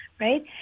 right